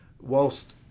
whilst